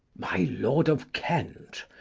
my lord of kent.